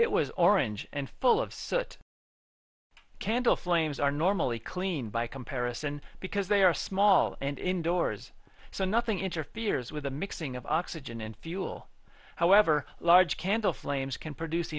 it was orange and full of soot candle flames are normally clean by comparison because they are small and indoors so nothing interferes with the mixing of oxygen and fuel however large candle flames can produce